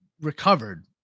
recovered